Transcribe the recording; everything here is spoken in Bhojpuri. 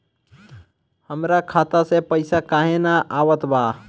हमरा खाता में पइसा काहे ना आवत बा?